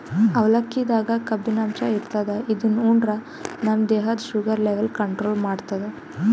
ಅವಲಕ್ಕಿದಾಗ್ ಕಬ್ಬಿನಾಂಶ ಇರ್ತದ್ ಇದು ಉಂಡ್ರ ನಮ್ ದೇಹದ್ದ್ ಶುಗರ್ ಲೆವೆಲ್ ಕಂಟ್ರೋಲ್ ಮಾಡ್ತದ್